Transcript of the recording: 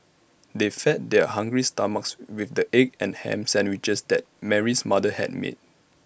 they fed their hungry stomachs with the egg and Ham Sandwiches that Mary's mother had made